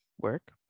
work